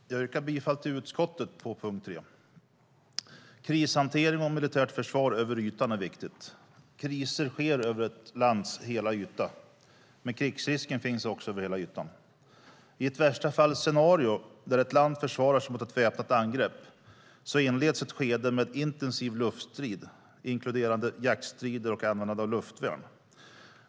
Herr talman! Jag yrkar bifall till utskottets förslag under punkten 3. Krishantering och militärt försvar över ytan är viktigt. Kriser sker över ett lands hela yta, men krigsrisken finns också över hela ytan. Ett värstafallsscenario där ett land försvarar sig mot ett väpnat angrepp inleds med ett skede med intensiv luftstrid, inkluderande jaktstrider och användande av luftvärn.